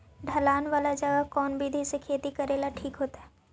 ढलान वाला जगह पर कौन विधी से खेती करेला ठिक होतइ?